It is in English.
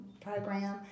program